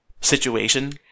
situation